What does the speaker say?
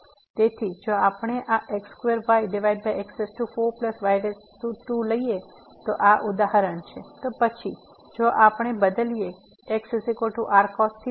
તેથી જો આપણે આ x2yx4y2 લઈએ તો આ ઉદાહરણ છે તો પછી જો આપણે બદલીએ xrcos નેyrsin